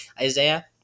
Isaiah